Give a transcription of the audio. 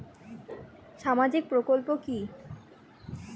সামাজিক প্রকল্প কি?